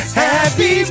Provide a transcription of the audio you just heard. happy